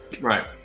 Right